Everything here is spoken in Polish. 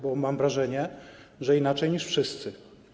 Bo mam wrażenie, że inaczej niż wszyscy.